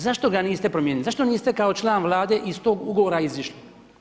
Zašto ga niste promijenili, zašto niste kao član vlade iz tog ugovora izišli?